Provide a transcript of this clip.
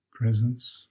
presence